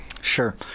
Sure